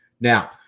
Now